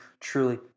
truly